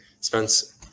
Spence